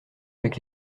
avec